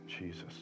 Jesus